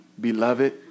beloved